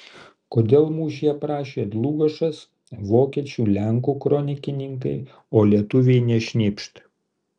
kodėl mūšį aprašė dlugošas vokiečių lenkų kronikininkai o lietuviai nė šnypšt